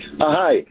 hi